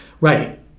Right